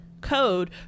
code